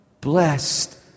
blessed